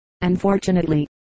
unfortunately